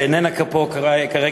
שאיננה פה כרגע,